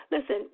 Listen